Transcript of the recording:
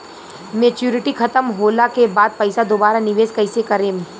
Maturity खतम होला के बाद पईसा दोबारा निवेश कइसे करेम?